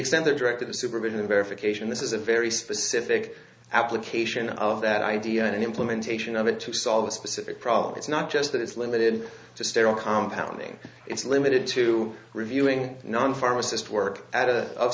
extent they're directed the supervision of verification this is a very specific application of that idea and implementation of it to solve a specific problem it's not just that it's limited to sterile compound it's limited to reviewing non pharmacist work at a